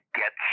get